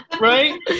Right